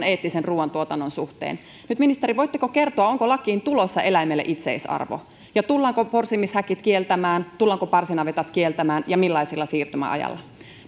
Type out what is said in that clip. eettisen ruuantuotannon suhteen nyt ministeri voitteko kertoa onko lakiin tulossa eläimelle itseisarvo ja tullaanko porsimishäkit kieltämään tullaanko parsinavetat kieltämään ja millaisella siirtymäajalla